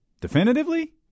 Definitively